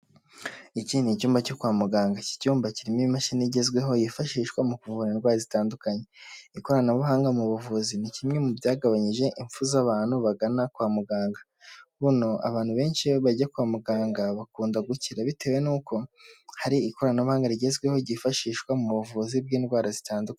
Iki ni icyumba cyo kwa muganga iki cyumba kirimo imashini igezweho yifashishwa mu kuvura indwara zitandukanye ikoranabuhanga mu buvuzi ni kimwe mu byagabanyije impfu z'abantu bagana kwa muganga, buno abantu benshi bajya kwa muganga bakunda gukira bitewe n'uko hari ikoranabuhanga rigezweho ryifashishwa mu buvuzi bw'indwara zitandukanye.